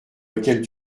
lequel